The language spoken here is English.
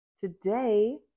Today